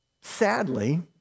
Sadly